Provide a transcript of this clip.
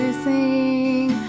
sing